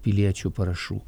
piliečių parašų